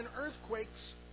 earthquakes